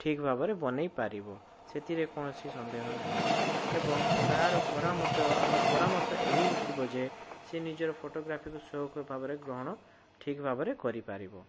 ଠିକ୍ ଭାବରେ ବନେଇ ପାରିବ ସେଥିରେ କୌଣସି ସନ୍ଦେହ ନାହିଁ ଏବଂ ତାର ପରାମର୍ଶ ଆମର ପରାମର୍ଶ ଏହି ଥିବ ଯେ ସେ ନିଜର ଫଟୋଗ୍ରାଫିକୁ ସୋଉକ ଭାବରେ ଗ୍ରହଣ ଠିକ୍ ଭାବରେ କରିପାରିବ